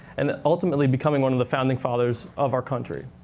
and ultimately becoming one of the founding fathers of our country.